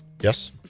Yes